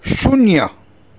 શૂન્ય